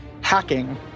hacking